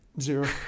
Zero